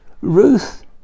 Ruth